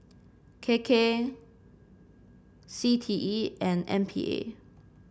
K K C T E and M P A